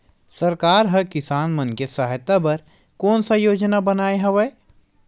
सरकार हा किसान मन के सहायता बर कोन सा योजना बनाए हवाये?